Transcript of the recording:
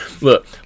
Look